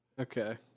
Okay